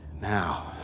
Now